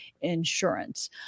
insurance